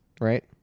right